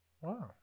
Wow